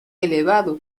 elevado